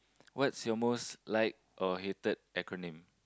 what's your most like or hated acronym